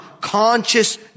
conscious